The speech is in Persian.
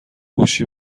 گوشی